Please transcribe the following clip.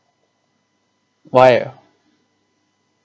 why